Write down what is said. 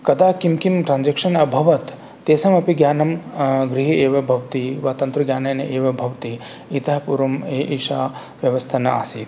कदा किं किं ट्राञ्जेकशन् अभवत् तेषामपि ज्ञानं गृहे एव भवति वा तन्त्रज्ञानेन एव भवति इतः पूर्वम् ए एषा व्यवस्था नासीत्